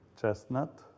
chestnut